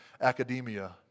academia